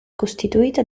costituita